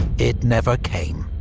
it never came.